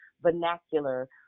vernacular